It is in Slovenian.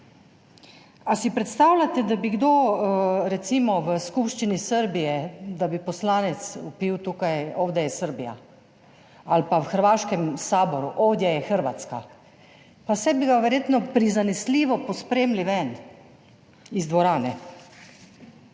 Ali si predstavljate, da bi poslanec recimo v skupščini Srbije vpil, ovdje je Srbija, ali pa v Hrvaškem saboru, ovdje je Hrvatska? Pa saj bi ga verjetno prizanesljivo pospremili ven iz dvorane.